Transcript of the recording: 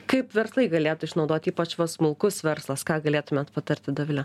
kaip verslai galėtų išnaudot ypač smulkus verslas ką galėtumėt patarti dovile